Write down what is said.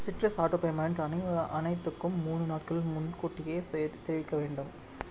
citrus auto payment அனைத்துக்கும் மூணு நாட்கள் முன்கூட்டியே தெரிவிக்க வேண்டும்